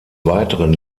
weiteren